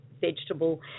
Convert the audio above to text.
vegetable